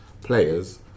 players